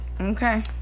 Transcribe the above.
Okay